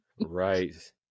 Right